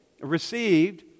received